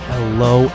Hello